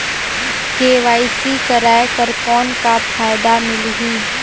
KYC कराय कर कौन का फायदा मिलही?